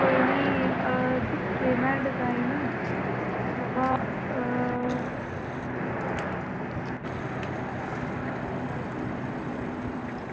कोई निं दिक्खे में डिजाईन